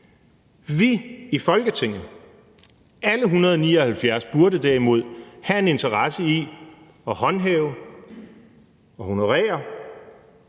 Vi i Folketinget, alle 179, burde derimod have en interesse i at håndhæve og honorere